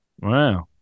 wow